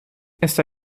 está